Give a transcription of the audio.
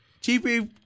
Chief